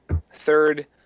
third